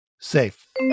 safe